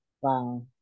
wow